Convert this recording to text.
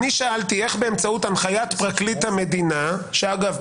אני שאלתי איך באמצעות הנחיית פרקליט המדינה שאגב,